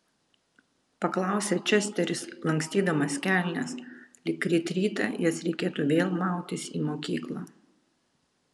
paklausė česteris lankstydamas kelnes lyg ryt rytą jas reikėtų vėl mautis į mokyklą